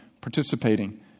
participating